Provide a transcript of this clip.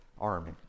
army